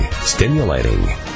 stimulating